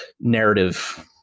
narrative